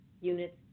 units